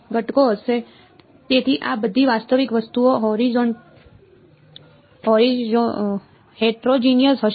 તેથી આ બધી વાસ્તવિક વસ્તુઓ હેટરોજિનિયસ હશે